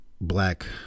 black